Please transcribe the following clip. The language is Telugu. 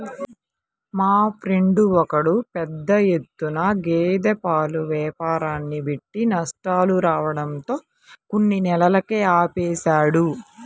మా ఫ్రెండు ఒకడు పెద్ద ఎత్తున గేదె పాల వ్యాపారాన్ని పెట్టి నష్టాలు రావడంతో కొన్ని నెలలకే ఆపేశాడు